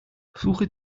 suche